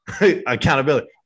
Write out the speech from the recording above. accountability